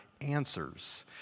answers